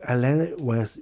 atlantic west